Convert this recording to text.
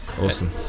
Awesome